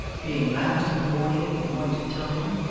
being roused in the morning at the appointed time,